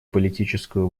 политическую